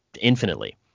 infinitely